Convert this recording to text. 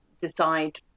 decide